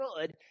good